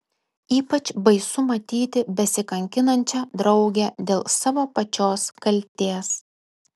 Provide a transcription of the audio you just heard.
ypač baisu matyti besikankinančią draugę dėl savo pačios kaltės